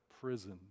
prison